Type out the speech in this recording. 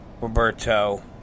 Roberto